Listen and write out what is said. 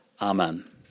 Amen